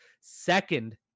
second